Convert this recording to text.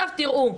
תראו,